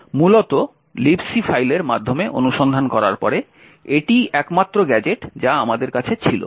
মূলত Libc ফাইলের মাধ্যমে অনুসন্ধান করার পরে এটিই একমাত্র গ্যাজেট যা আমাদের কাছে ছিল